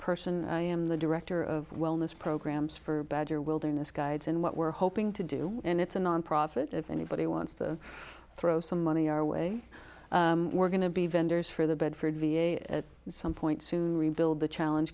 person i am the director of wellness programs for badger wilderness guides and what we're hoping to do and it's a nonprofit if anybody wants to throw some money our way we're going to be vendors for the bedford v a at some point soon rebuild the challenge